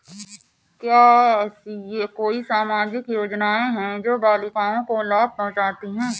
क्या ऐसी कोई सामाजिक योजनाएँ हैं जो बालिकाओं को लाभ पहुँचाती हैं?